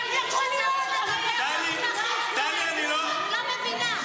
איך יכול להיות --- טלי, אני רוצה לומר לך משהו.